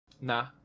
Nah